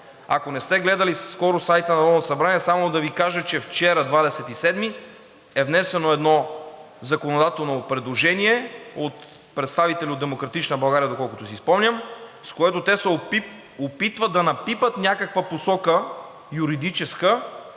Ако не сте гледали скоро сайта на Народното събрание, само да Ви кажа, че вчера, 27-и, е внесено едно законодателно предложение от представители от „Демократична България“, доколкото си спомням, с което те се опитват да напипат някаква посока – юридическа,